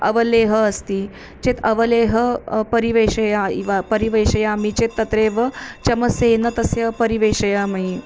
अवलेहः अस्ति चेत् अवलेहं परिवेशय इव परिवेशयामि चेत् तत्रैव चमसेन तस्य परिवेशयामि